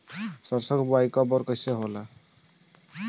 सरसो के बोआई कब और कैसे होला?